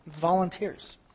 Volunteers